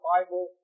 Bible